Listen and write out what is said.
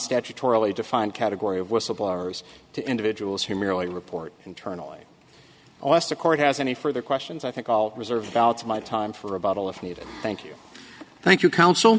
statutorily defined category of whistleblowers to individuals who merely report internally unless the court has any further questions i think i'll reserve my time for a bottle if needed thank you thank you counsel